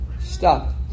stop